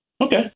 Okay